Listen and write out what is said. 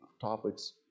topics